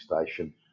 station